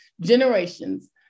generations